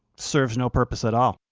serves no purpose at all.